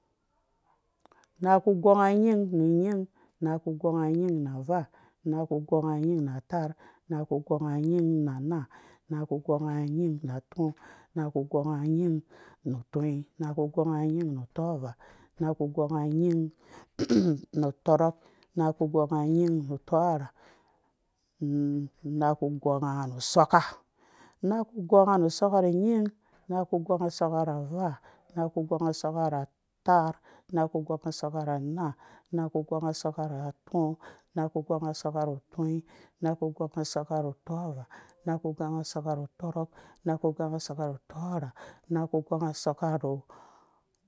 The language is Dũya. Naku gɔnga nyin nu nyin naku gonga nyin na avaa naku gɔnga nyin na ataar naku gɔga nyinga nying na anaa naku gɔnganying ba atɔɔ naku gɔnga nyim ha tɔvaa naku gɔnga nyin nu tɔrɔk. anku gɔnga anying natɔrhe naku gonga skoka na soka naku gɔnga soka ru nyi kaku gonga soka ru avaa naka na anaa naku gɔga sɔka na atɔɔ naka gonga soka ru onyi maku gɔngsa soka ru tɔvaa naku gɔnga sokaa ru torha naku gɔnaku. gɔnga sok ru,